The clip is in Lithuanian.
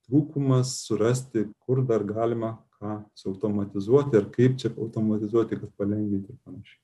trūkumas surasti kur dar galima ką suautomatizuoti ir kaip čia automatizuoti kad palengvinti ir panašiai